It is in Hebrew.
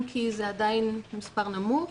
אם כי זה עדיין מספר נמוך.